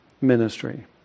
ministry